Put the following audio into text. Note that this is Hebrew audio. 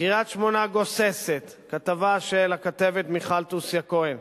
"קריית-שמונה גוססת" כתבה של הכתבת מיכל תוסיה-כהן,